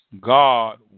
God